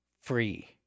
free